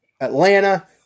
Atlanta